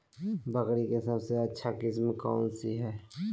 बकरी के सबसे अच्छा किस्म कौन सी है?